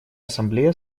ассамблея